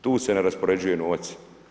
Tu se ne raspoređuje novac.